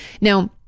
Now